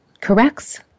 corrects